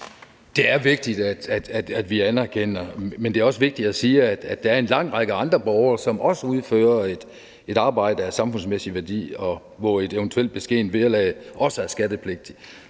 Det er vigtigt, at vi anerkender. Men det er også vigtigt at sige, at der er en lang række andre borgere, som også udfører et arbejde af samfundsmæssig værdi, og hvor et eventuelt beskedent vederlag også er skattepligtigt.